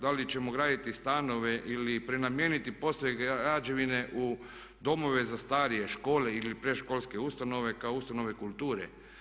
Da li ćemo graditi stanove ili prenamijeniti postojeće građevine u domove za starije, škole ili predškolske ustanove kao ustanove kulture.